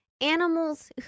animals